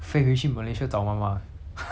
then 小 sad lor then 我就 like